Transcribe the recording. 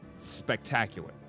Spectacular